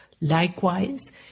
Likewise